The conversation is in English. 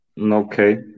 Okay